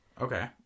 Okay